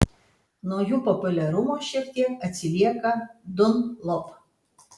nuo jų populiarumu šiek tiek atsilieka dunlop